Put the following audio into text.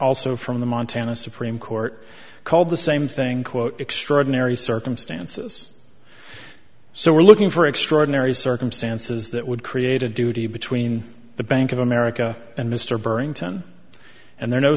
also from the montana supreme court called the same thing quote extraordinary circumstances so we're looking for extraordinary circumstances that would create a duty between the bank of america and mr burr inten and there